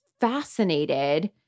fascinated